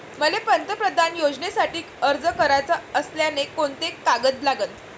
मले पंतप्रधान योजनेसाठी अर्ज कराचा असल्याने कोंते कागद लागन?